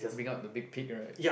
bring out the big pig right